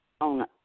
on